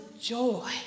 joy